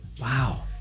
Wow